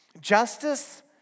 Justice